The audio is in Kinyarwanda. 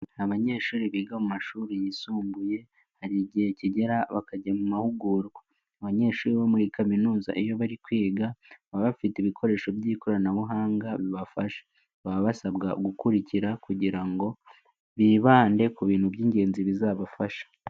Abanyeshuri biga mu mashuri yisumbuye, hari igihe kigera bakajya mu mahugurwa. Abanyeshuri bo muri kaminuza iyo bari kwiga baba bafite ibikoresho by'ikoranabuhanga bibafasha. Baba basabwa gukurikira kugira ngo bibande ku bintu by'ingenzi bizabafasha.